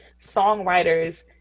songwriters